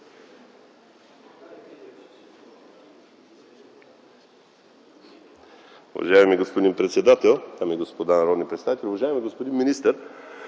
Уважаеми господин председател, дами и господа народни представители, уважаеми господин министър!